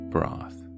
Broth